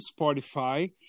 Spotify